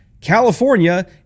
California